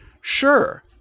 Sure